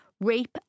rape